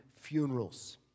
funerals